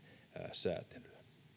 sääntelyä